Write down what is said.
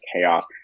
chaos